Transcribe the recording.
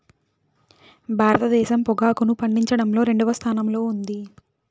భారతదేశం పొగాకును పండించడంలో రెండవ స్థానంలో ఉంది